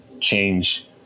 change